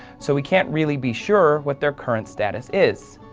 so we can't really be sure what their current status is.